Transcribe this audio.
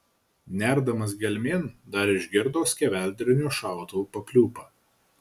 nerdamas gelmėn dar išgirdo skeveldrinio šautuvo papliūpą